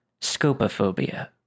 Scopophobia